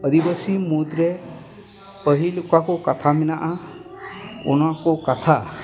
ᱟᱫᱤᱵᱟᱥᱤ ᱢᱩᱫᱽᱨᱮ ᱯᱟᱹᱦᱤᱞ ᱚᱠᱟᱠᱚ ᱠᱟᱛᱷᱟ ᱢᱮᱱᱟᱜᱼᱟ ᱚᱱᱟ ᱠᱚ ᱠᱟᱛᱷᱟ